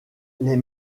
les